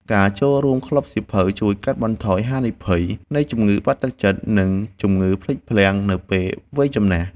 ការចូលរួមក្លឹបសៀវភៅជួយកាត់បន្ថយហានិភ័យនៃជំងឺបាក់ទឹកចិត្ត និងជំងឺភ្លេចភ្លាំងនៅពេលវ័យចំណាស់។